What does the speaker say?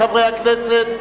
מחברי הכנסת,